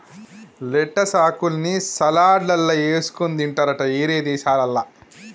lettuce ఆకుల్ని సలాడ్లల్ల వేసుకొని తింటారట వేరే దేశాలల్ల